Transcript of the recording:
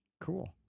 Cool